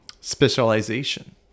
specialization